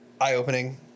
eye-opening